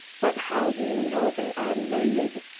but how do you know they are made?